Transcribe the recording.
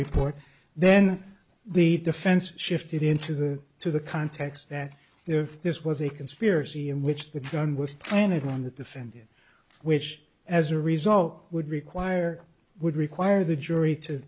report then the defense shifted into the to the context that if this was a conspiracy in which the gun was an it on the defendant which as a result would require would require the jury to